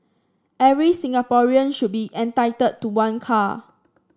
every Singaporean should be entitled to one car